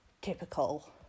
typical